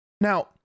Now